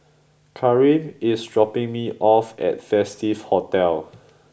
Karim is dropping me off at Festive Hotel